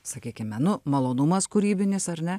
sakykime nu malonumas kūrybinis ar ne